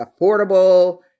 affordable